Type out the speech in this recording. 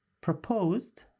Proposed